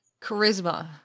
Charisma